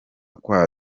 kwa